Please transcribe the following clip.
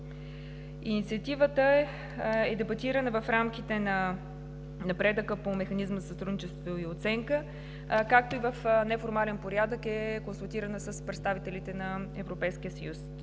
Инициативата е дебатирана в рамките на напредъка по Механизма за сътрудничество и оценка, както и в неформален порядък е консултирана с представителите на Европейския съюз.